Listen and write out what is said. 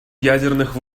ядерных